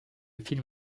film